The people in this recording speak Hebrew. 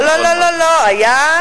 לא, לא, לא, לא.